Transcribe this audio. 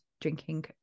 drinking